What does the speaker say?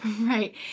Right